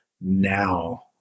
now